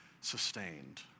sustained